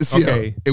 Okay